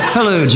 Hello